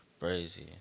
brazy